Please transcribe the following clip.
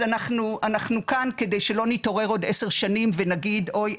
אז אנחנו כאן כדי שלא נתעורר עוד עשר שנים ונגיד 'אוי,